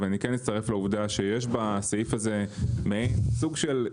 אבל אני כן אצטרף לעובדה שיש בסעיף הזה מעין סוג של,